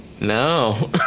No